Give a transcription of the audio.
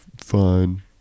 fine